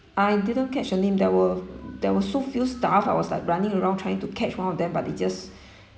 I didn't catch her name there were there were so few staff I was like running around trying to catch one of them but they just